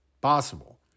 possible